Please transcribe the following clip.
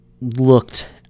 looked